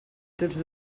tots